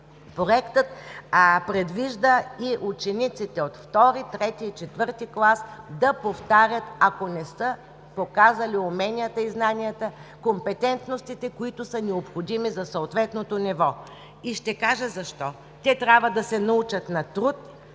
Проектът предвижда учениците от втори, трети и четвърти клас да повтарят, ако не са показали уменията и знанията, компетентностите, необходими за съответното ниво. И ще кажа защо! Те трябва да се научат на труд,